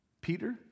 Peter